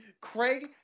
Craig